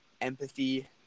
empathy